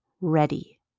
ready